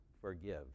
forgive